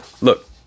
Look